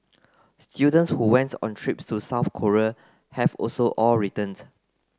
students who went on trips to South Korea have also all returned